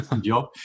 job